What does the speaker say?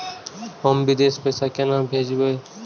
हम विदेश पैसा केना भेजबे?